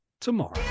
tomorrow